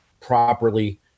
properly